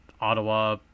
Ottawa